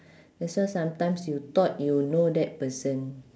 that's why sometimes you thought you know that person